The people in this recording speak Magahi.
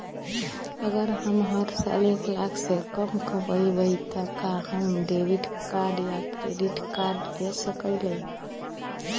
अगर हम हर साल एक लाख से कम कमावईले त का हम डेबिट कार्ड या क्रेडिट कार्ड ले सकीला?